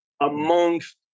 amongst